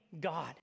God